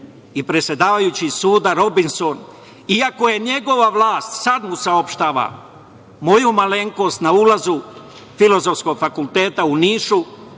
i predsedavajući iz suda Robinson i ako je njegova vlast sad mu saopštava, moju malenkost na ulazu Filozofskog fakulteta u Nišu,